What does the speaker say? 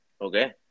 okay